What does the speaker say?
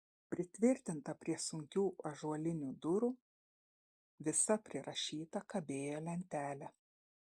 pritvirtinta prie sunkių ąžuolinių durų visa prirašyta kabėjo lentelė